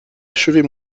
achever